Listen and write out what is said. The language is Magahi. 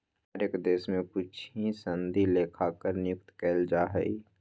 हर एक देश में कुछ ही सनदी लेखाकार नियुक्त कइल जा हई